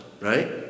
right